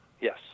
Yes